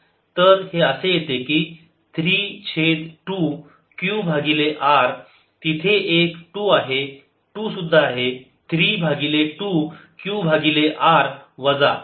तर हे असे येते की 3 छेद 2 Q भागिले R तिथे एक 2 आहे 2 सुद्धा आहे 3 भागिले 2 Q भागिले R वजा